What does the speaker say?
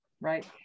right